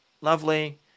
lovely